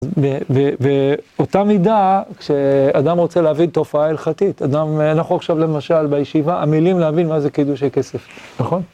ואותה מידה כשאדם רוצה להבין תופעה הלכתית. אדם, אנחנו עכשיו למשל בישיבה, המילים להבין מה זה קידושי כסף, נכון?